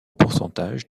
pourcentage